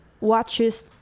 watches